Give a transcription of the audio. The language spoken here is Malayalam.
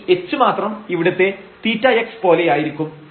ഈ h മാത്രം ഇവിടുത്തെ θx പോലെയായിരിക്കും